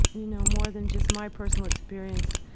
you know, more than just my personal experience,